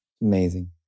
Amazing